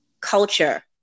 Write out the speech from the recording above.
culture